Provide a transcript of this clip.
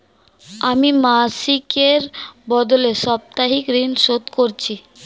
আমি মাসিকের বদলে সাপ্তাহিক ঋন শোধ করছি